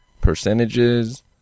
percentages